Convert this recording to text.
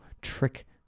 trick